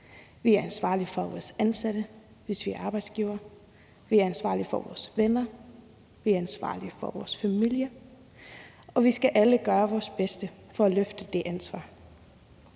vi er ansvarlige for vores ansatte, hvis vi er arbejdsgivere, vi er ansvarlige for vores venner, vi er ansvarlige for vores familie, og vi skal alle gøre vores bedste for at løfte det ansvar.